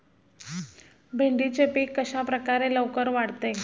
भेंडीचे पीक कशाप्रकारे लवकर वाढते?